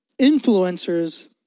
Influencers